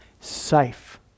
safe